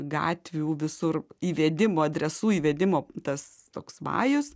gatvių visur įvedimo adresų įvedimo tas toks vajus